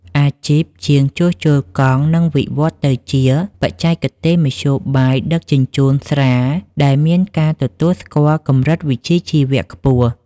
អាជីពជាងជួសជុលកង់នឹងវិវត្តទៅជា "បច្ចេកទេសមធ្យោបាយដឹកជញ្ជូនស្រាល" ដែលមានការទទួលស្គាល់កម្រិតវិជ្ជាជីវៈខ្ពស់។